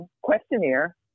questionnaire